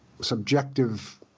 subjective